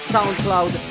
SoundCloud